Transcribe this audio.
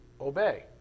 obey